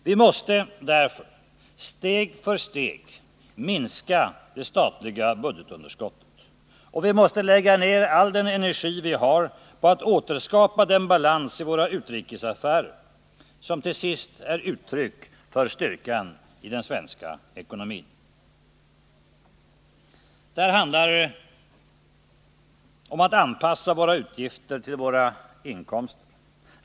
Vi måste därför steg för steg minska det statliga budgetunderskottet, och vi måste lägga ner all den energi vi har på att återskapa den balans i våra utrikesaffärer som till sist är uttryck för styrkan i den svenska ekonomin. Det här handlar om att anpassa våra utgifter till våra inkomster.